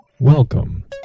Welcome